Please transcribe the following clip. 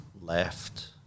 left